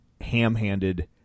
ham-handed